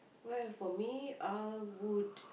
well for me I would